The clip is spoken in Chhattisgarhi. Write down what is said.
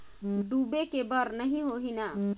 डूबे के बर नहीं होही न?